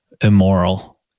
immoral